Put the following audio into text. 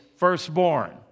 firstborn